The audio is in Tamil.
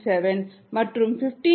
7 மற்றும் 15